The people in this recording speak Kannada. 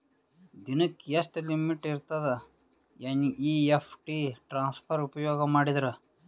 ದಿನಕ್ಕ ಎಷ್ಟ ಲಿಮಿಟ್ ಇರತದ ಎನ್.ಇ.ಎಫ್.ಟಿ ಟ್ರಾನ್ಸಫರ್ ಉಪಯೋಗ ಮಾಡಿದರ?